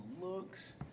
looks